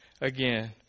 again